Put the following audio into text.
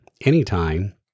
anytime